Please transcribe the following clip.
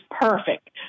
perfect